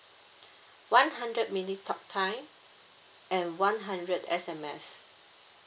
one hundred minute talk time and one hundred S_M_S